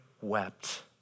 wept